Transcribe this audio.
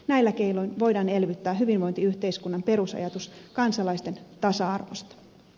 näillä keinoin voidaan elvyttää hyvinvointiyhteiskunnan perusajatus kansalaisten tasa arvosta